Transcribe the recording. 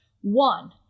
One